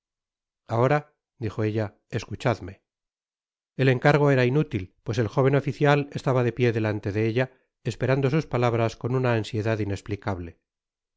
ahora dijo ella escuchadme el encargo era inútil pues el jóven oficial estaba de pié delante de ella esperando sus palabras con una ansiedad inesplicable